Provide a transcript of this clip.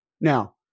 Now